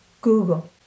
Google